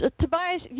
Tobias